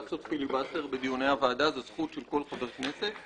לעשות פיליבאסטר בדיוני הוועדה זו זכות של כל חבר כנסת.